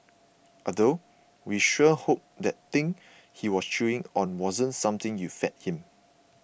although we sure hope that thing he was chewing on wasn't something you fed him